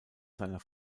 seiner